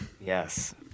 Yes